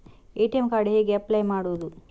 ATM card ಗೆ ಹೇಗೆ apply ಮಾಡುವುದು?